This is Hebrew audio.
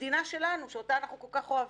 במדינה שלנו, שאותה אנחנו כל כך אוהבים.